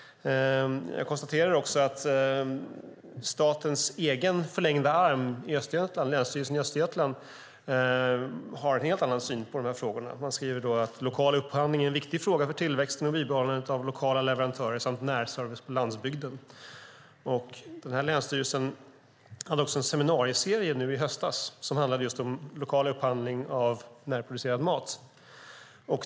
Jag konstaterar att statens egen förlängda arm i Östergötland, Länsstyrelsen i Östergötland, har en helt annan syn på dessa frågor. Man skriver att lokal upphandling är viktig för tillväxten och för bibehållandet av lokala leverantörer samt för närservicen på landsbygden. Länsstyrelsen hade en seminarieserie i höstas som handlade om lokal upphandling av närproducerad mat.